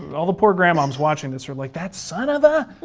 all the poor grandmom's watching this are like that son of a.